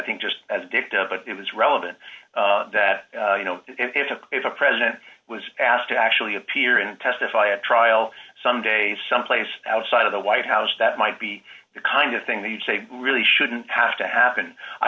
think just as addictive but it was relevant that you know if the if a president was asked to actually appear and testify at trial someday someplace outside of the white house that might be the kind of thing that you say really shouldn't have to happen i